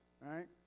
right